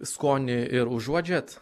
skonį ir užuodžiat